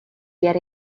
get